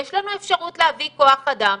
יש לנו אפשרות להביא כוח אדם,